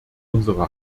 unsere